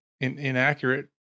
Inaccurate